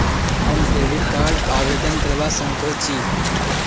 हम credit card आवेदन करवा संकोची?